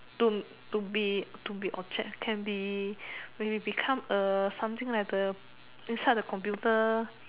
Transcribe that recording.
to to be to be object can be maybe become a something like the inside the computer